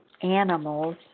animal's